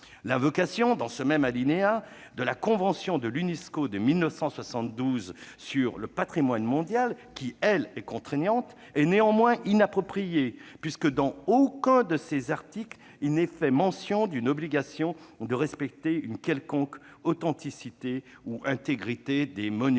L'invocation dans ce même alinéa de la Convention de l'Unesco de 1972 sur le patrimoine mondial, qui elle est contraignante, est néanmoins inappropriée puisque dans aucun de ses articles il n'est fait mention d'une obligation de respecter une quelconque authenticité ou intégrité des monuments